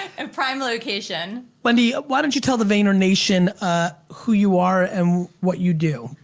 and prime location. wendy, why don't you tell the vaynernation ah who you are and what you do?